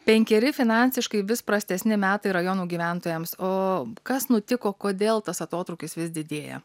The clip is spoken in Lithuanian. penkeri finansiškai vis prastesni metai rajonų gyventojams o kas nutiko kodėl tas atotrūkis vis didėja